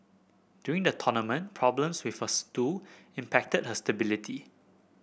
during the tournament problems with her stool impacted her stability